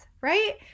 right